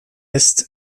ist